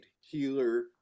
healer